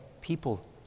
people